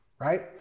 right